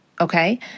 okay